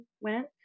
went